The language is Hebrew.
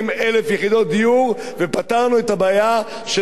ופתרנו את הבעיה של התושבים במדינת ישראל,